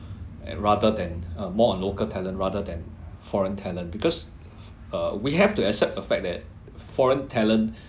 and rather than uh more local talent rather than foreign talent because uh we have to accept the fact that foreign talent